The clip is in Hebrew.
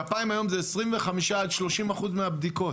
היום גפיים זה 30-25 אחוז מהבדיקות.